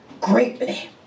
greatly